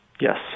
Yes